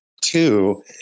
Two